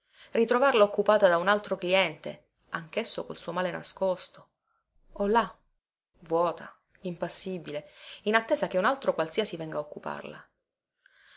ritrovarla occupata da un altro cliente anchesso col suo male nascosto o là vuota impassibile in attesa che un altro qualsiasi venga a occuparla